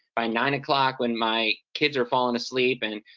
by nine o'clock when my kids are falling asleep and,